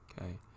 okay